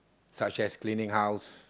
such as cleaning house